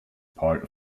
part